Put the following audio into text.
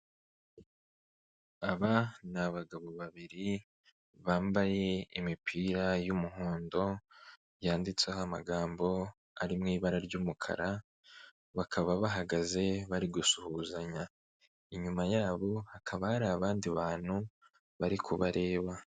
Aba ni abagabo babiri bambaye imipira y'umuhondo yanditseho amagambo ari mu ibara ry'umukara, bakaba bahagaze bari gusuhuzanya. Inyuma yabo hakaba hari abandi bantu bari kubareba.